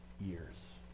years